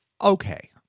okay